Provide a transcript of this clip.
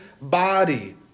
body